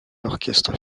l’orchestre